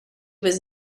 was